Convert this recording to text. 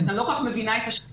אני לא כל כך מבינה את השאלה.